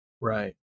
Right